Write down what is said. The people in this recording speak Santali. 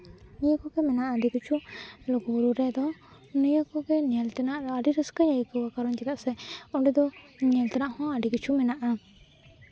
ᱱᱤᱭᱟᱹ ᱠᱚᱜᱮ ᱢᱮᱱᱟᱜᱼᱟ ᱟᱹᱰᱤ ᱠᱤᱪᱷᱩ ᱞᱩᱜᱩᱼᱵᱩᱨᱩ ᱨᱮᱫᱚ ᱱᱤᱭᱟᱹ ᱠᱚᱜᱮ ᱧᱮᱞ ᱛᱮᱱᱟᱜ ᱟᱹᱰᱤ ᱨᱟᱹᱥᱠᱟᱹᱧ ᱟᱹᱭᱠᱟᱹᱣᱟ ᱠᱟᱨᱚᱱ ᱪᱮᱫᱟᱜ ᱥᱮ ᱚᱸᱰᱮ ᱫᱚ ᱧᱮᱞ ᱛᱮᱱᱟᱜ ᱦᱚᱸ ᱟᱹᱰᱤ ᱠᱤᱪᱷᱩ ᱢᱮᱱᱟᱜᱼᱟ